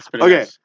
Okay